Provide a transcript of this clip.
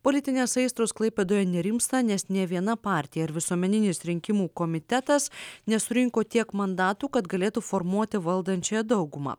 politinės aistros klaipėdoje nerimsta nes nė viena partija ar visuomeninis rinkimų komitetas nesurinko tiek mandatų kad galėtų formuoti valdančiąją daugumą